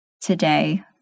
today